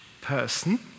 person